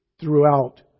throughout